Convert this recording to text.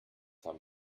haben